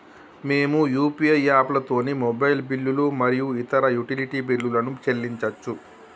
మేము యూ.పీ.ఐ యాప్లతోని మొబైల్ బిల్లులు మరియు ఇతర యుటిలిటీ బిల్లులను చెల్లించచ్చు